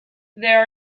there